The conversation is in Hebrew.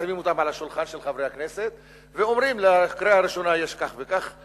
שמים אותם על השולחן של חברי הכנסת ואומרים: לקריאה הראשונה יש כך וכך,